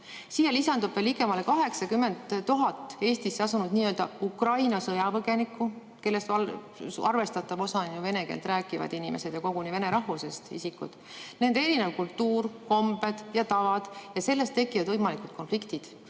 Siia lisandub veel ligemale 80 000 Eestisse asunud nii-öelda Ukraina sõjapõgenikku, kellest arvestatav osa on ju vene keelt rääkivad inimesed ja koguni vene rahvusest isikud. Nendel [on] erinev kultuur, kombed ja tavad ja sellest võivad tekkida konfliktid.